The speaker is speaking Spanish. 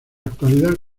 actualidad